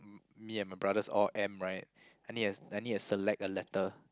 m~ me and my brothers all M right I need a I need a select a letter